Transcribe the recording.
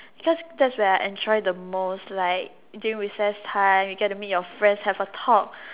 cause that's when I enjoy the most like during recess time you get to meet your friends have a talk